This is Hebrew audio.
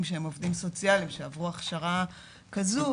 שהם עובדים סוציאליים שעברו הכשרה כזו,